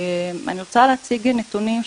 אני רוצה להציג נתונים.